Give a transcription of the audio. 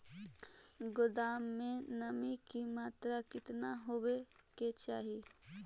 गोदाम मे नमी की मात्रा कितना होबे के चाही?